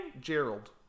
Gerald